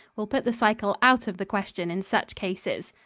will put the cycle out of the question in such cases.